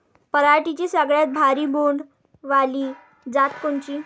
पराटीची सगळ्यात भारी बोंड वाली जात कोनची?